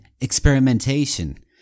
experimentation